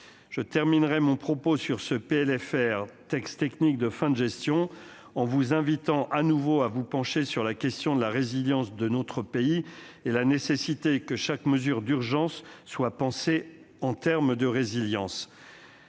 Je terminerai mon propos sur ce PLFR, texte technique de fin de gestion, en vous invitant de nouveau à vous pencher sur la question de la résilience de notre pays et sur la nécessité de penser chaque mesure d'urgence du point de vue de la résilience.